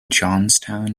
johnstown